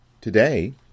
Today